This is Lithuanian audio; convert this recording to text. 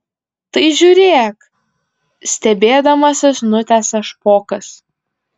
tai žiūrėk stebėdamasis nutęsia špokas